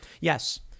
yes